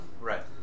Right